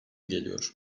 geliyor